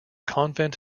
convent